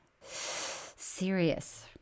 serious